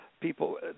people